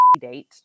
date